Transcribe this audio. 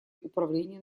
управления